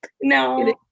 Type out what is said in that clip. No